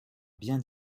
bien